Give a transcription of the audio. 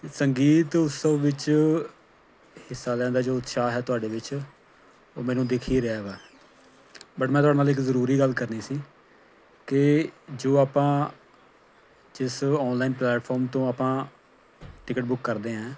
ਅਤੇ ਸੰਗੀਤ ਉਸਤਵ ਵਿੱਚ ਹਿੱਸਾ ਲੈਣ ਦਾ ਜੋ ਉਤਸ਼ਾਹ ਹੈ ਤੁਹਾਡੇ ਵਿੱਚ ਉਹ ਮੈਨੂੰ ਦਿੱਖ ਹੀ ਰਿਹਾ ਵਾ ਬਟ ਮੈਂ ਤੁਹਾਡੇ ਨਾਲ ਇੱਕ ਜ਼ਰੂਰੀ ਗੱਲ ਕਰਨੀ ਸੀ ਕਿ ਜੋ ਆਪਾਂ ਜਿਸ ਆਨਲਾਈਨ ਪਲੇਟਫਾਰਮ ਤੋਂ ਆਪਾਂ ਟਿਕਟ ਬੁੱਕ ਕਰਦੇ ਹੈ